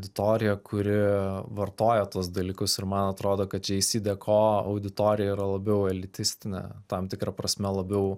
auditorija kuri vartoja tuos dalykus ir man atrodo kad čia džesideko auditorija yra labiau elitistinė tam tikra prasme labiau